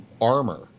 armor